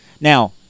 Now